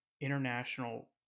international